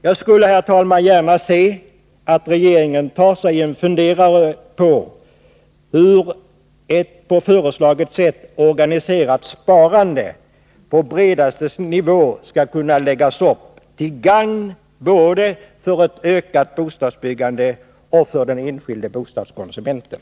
Jag skulle, herr talman, gärna se att regeringen tar sig en funderare på hur ett på föreslaget sätt organiserat sparande på bredaste basis skall kunna läggas upp, till gagn både för ett ökat bostadsbyggande och för den enskilde bostadskonsumenten.